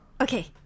Okay